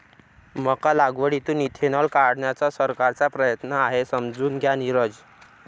मका लागवडीतून इथेनॉल काढण्याचा सरकारचा प्रयत्न आहे, समजून घ्या नीरज